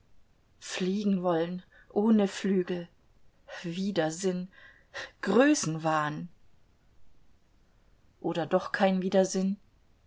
fliegen wollen ohne flügel widersinn größenwahn oder doch kein